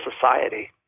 society